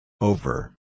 Over